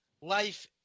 life